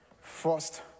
first